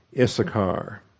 Issachar